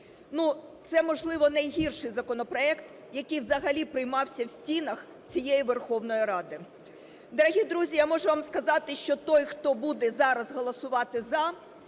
це, можливо, найгірший законопроект, який взагалі приймався в стінах цієї Верховної Ради. Дорогі друзі, я можу вам сказати, що той, хто буде зараз голосувати за,